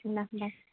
ल बाई